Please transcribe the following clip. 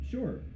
Sure